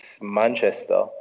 Manchester